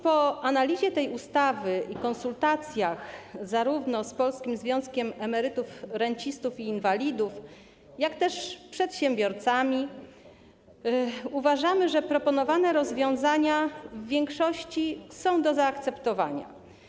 Po analizie tej ustawy i konsultacjach zarówno z Polskim Związkiem Emerytów, Rencistów i Inwalidów, jak i z przedsiębiorcami, uważamy, że proponowane rozwiązania w większości są do zaakceptowania.